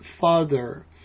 Father